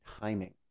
timing